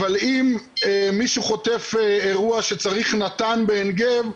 אבל אם מישהו חוטף אירוע שצריך נט"ן בעין גב,